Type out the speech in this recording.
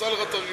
עשתה לך תרגיל.